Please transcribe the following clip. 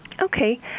okay